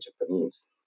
Japanese